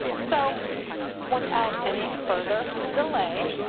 so without any further delay,